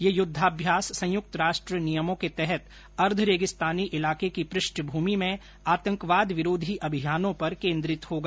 यह युद्धाभ्यास संयुक्त राष्ट्र नियमों के तहत अर्द्ध रेगिस्तानी इलाके की पृष्ठभूमि में आतंकवाद विरोधी अभियानों पर केन्द्रित होगा